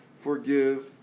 forgive